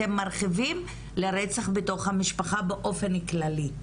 אתם מרחיבים לרצח בתוך המשפחה באופן כללי.